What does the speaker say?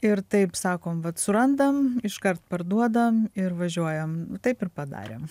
ir taip sakom vat surandam iškart parduodam ir važiuojam taip ir padarėm